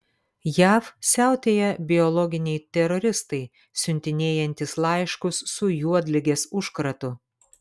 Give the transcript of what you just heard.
jav siautėja biologiniai teroristai siuntinėjantys laiškus su juodligės užkratu